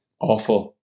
awful